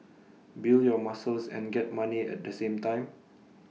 build your muscles and get money at the same time